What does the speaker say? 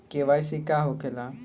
KYC का होखेला?